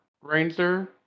ranger